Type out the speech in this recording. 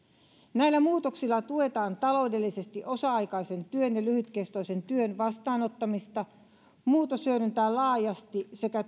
näillä muutoksilla tuetaan taloudellisesti osa aikaisen työn ja lyhytkestoisen työn vastaanottamista muutos hyödyttää laajasti sekä